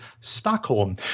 Stockholm